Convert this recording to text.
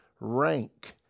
rank